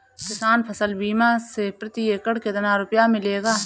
किसान फसल बीमा से प्रति एकड़ कितना रुपया मिलेगा?